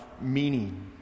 meaning